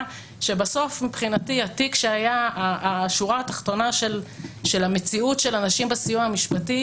שבסוף מבחינתי התיק שהיה השורה התחתונה של המציאות של אנשים בסיוע המשפטי,